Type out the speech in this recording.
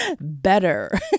Better